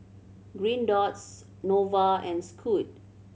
Green dots Nova and Scoot